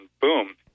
boom